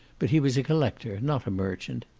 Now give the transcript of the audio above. but he was a collector, not a merchant.